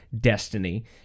destiny